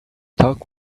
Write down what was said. talked